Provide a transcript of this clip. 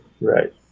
right